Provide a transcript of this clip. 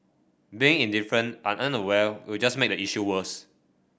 being indifferent unaware will just make the issue worse